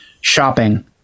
shopping